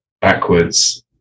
backwards